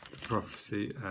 prophecy